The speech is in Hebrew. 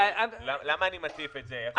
למה אני מדבר על זה?